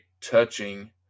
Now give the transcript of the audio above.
touching